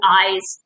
eyes